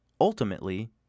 ultimately